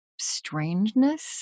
strangeness